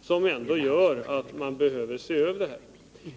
stor att vi behöver se över förhållandena.